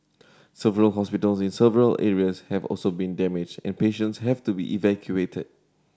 several hospitals in several areas have also been damaged and patients had to be evacuated